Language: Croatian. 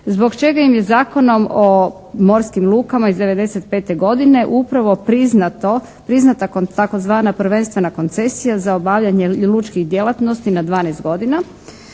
zbog čega im je Zakonom o morskim lukama iz 95. godine upravo priznata tzv. prvenstvena koncesija za obavljanje lučkih djelatnosti na 12 godina.